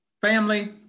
Family